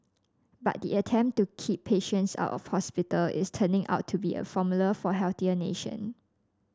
but the attempt to keep patients out of hospital is turning out to be a formula for healthier nation